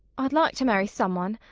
i'd like to marry someone.